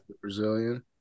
Brazilian